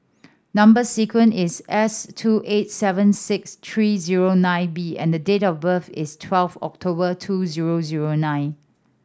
number sequence is S two eight seven six three zero nine B and the date of birth is twelve October two zero zero nine